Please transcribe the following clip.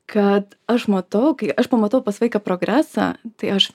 kad aš matau kai aš pamatau pas vaiką progresą tai aš